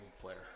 player